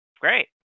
great